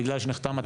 בגלל שנחתם התקציב,